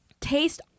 taste